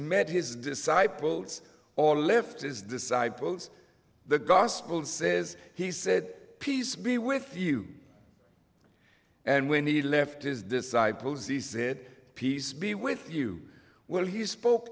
met his disciples or left his disciples the gospel says he said peace be with you and when he left his disciples he said peace be with you well he spoke